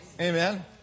Amen